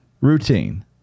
routine